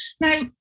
Now